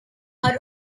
are